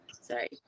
Sorry